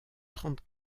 trente